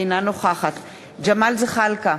אינה נוכחת ג'מאל זחאלקה,